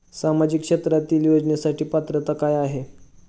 सामाजिक क्षेत्रांतील योजनेसाठी पात्रता काय आहे?